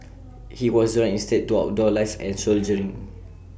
he was drawn instead to outdoor life and soldiering